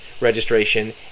registration